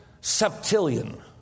septillion